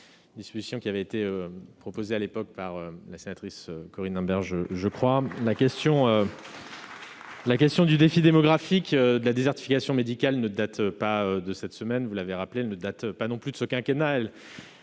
la disposition qui avait été proposée à l'époque par la sénatrice Corinne Imbert. La question du défi démographique et de la désertification médicale ne date pas de cette semaine- vous l'avez rappelé ; elle ne date pas non plus de ce quinquennat